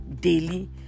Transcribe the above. daily